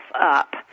up